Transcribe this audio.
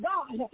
God